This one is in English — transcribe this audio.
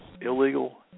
illegal